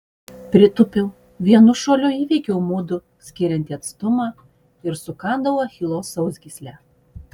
pritūpiau vienu šuoliu įveikiau mudu skiriantį atstumą ir sukandau achilo sausgyslę